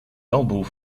lambeaux